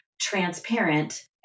transparent